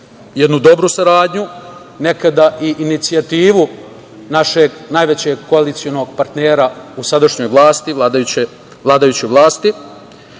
jednu dobru saradnju, nekada i inicijativu našeg najvećeg koalicionog partnera u sadašnjoj vlasti, vladajućoj vlasti,